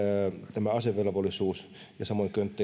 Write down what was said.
tämä asevelvollisuus ja samoin edustajat könttä